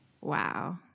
Wow